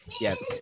Yes